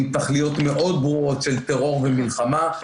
עם תכליות מאוד ברורות של טרור ומלחמה.